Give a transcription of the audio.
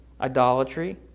idolatry